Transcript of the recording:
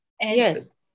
Yes